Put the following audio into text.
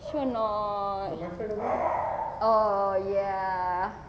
sure or not oh ya